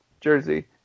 jersey